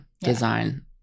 design